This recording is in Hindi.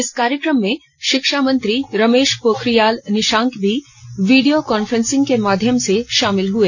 इस कार्यक्रम में शिक्षा मंत्री रमेश पोखरियाल निशंक भी वीडियो कांफ्रेंसिंग के माध्यम से शामिल हुए